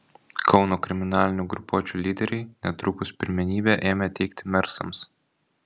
kauno kriminalinių grupuočių lyderiai netrukus pirmenybę ėmė teikti mersams